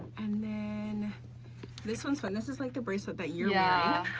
and then this one's fun, this is like the bracelet that you're yeah